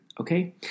Okay